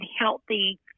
healthy